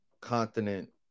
continent